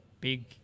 big